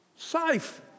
Safe